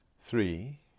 three